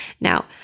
Now